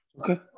okay